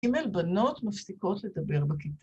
‫הנה בנות מפסיקות לדבר בכיתה.